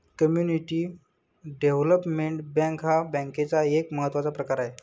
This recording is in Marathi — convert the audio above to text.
कम्युनिटी डेव्हलपमेंट बँक हा बँकेचा एक महत्त्वाचा प्रकार आहे